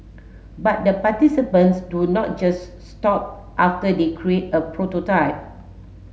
but the participants do not just stop after they create a prototype